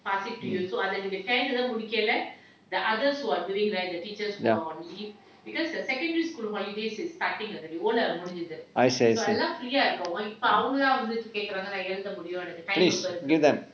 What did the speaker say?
ya I see I see